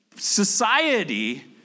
Society